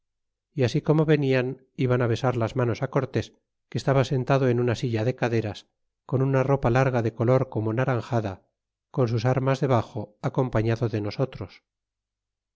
y así como venían iban besar las manos cortés que estaba sentado en una silla de caderas con una ropa larga de color como naranjada con sus armas debaxo acompañado de nosotros